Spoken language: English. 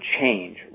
change